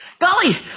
Golly